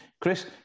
chris